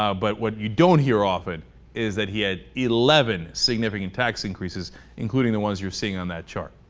ah but what you don't hear offered is that he had eleven signifi tax-increases including the ones you see on that chart